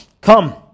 Come